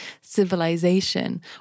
civilization